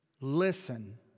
listen